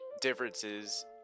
differences